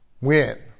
win